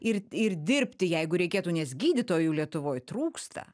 ir ir dirbti jeigu reikėtų nes gydytojų lietuvoj trūksta